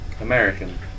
American